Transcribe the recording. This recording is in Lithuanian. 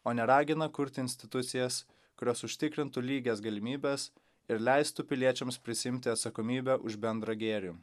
o ne ragina kurti institucijas kurios užtikrintų lygias galimybes ir leistų piliečiams prisiimti atsakomybę už bendrą gėrį